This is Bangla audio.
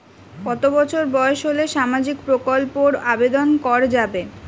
কত বছর বয়স হলে সামাজিক প্রকল্পর আবেদন করযাবে?